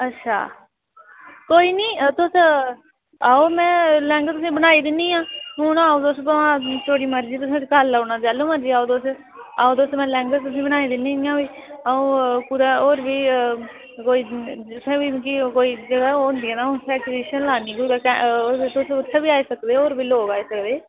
अच्छा कोई निं तुस आओ में लैह्ंगा तुसे ईं बनाई दिन्नी आं औना होग तुस भामें थुआढ़ी मर्जी तुसें कल्ल औना जैह्ल्लूं मर्जी आओ तुस आओ तुस में लैह्ंगा तुसेईं बनाई दिन्नी इ'यां बी अ'ऊं कुतै होर बी कोई जित्थै बी मिगी कोई जगह् होंदी ऐ ना अ'ऊं उत्थै ट्यूशन लान्नी कुतै तुस उत्थै बी आई सकदे ओ होर बी लोक आई सकदे